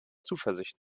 zuversicht